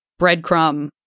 breadcrumb